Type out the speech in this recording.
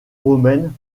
romaines